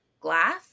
glass